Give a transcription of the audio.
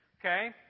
okay